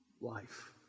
Life